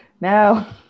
No